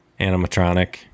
Animatronic